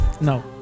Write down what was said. No